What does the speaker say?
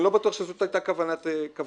אני לא בטח שזאת הייתה כוונת הוועדה,